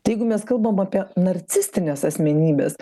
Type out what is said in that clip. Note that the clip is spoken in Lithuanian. tai jeigu mes kalbam apie narcistines asmenybes